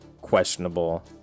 questionable